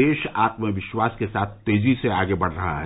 देश आत्म विश्वास के साथ तेजी से आगे बढ़ रहा है